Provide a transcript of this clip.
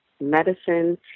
medicine